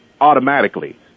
automatically